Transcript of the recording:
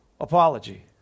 apology